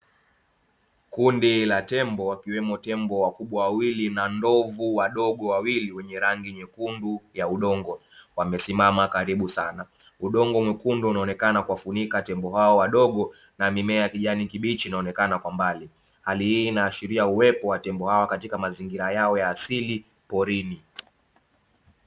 Kundi la tembo wakiwemo tembo wakubwa wawili na ndovu wadogo wawili wenye rangi nyekundu ya udongo wamesimama karibu sana. Udongo mwekundu unaonekana kuwafunika tembo hao wadogo na mimea ya kijani kibichi inaonekana kwa mbali. Hali hii inaashiria uwepo wa tembo hawa katika mazingira yao ya asili porini.